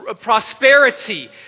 prosperity